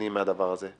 קטינים מהדבר הזה?